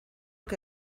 que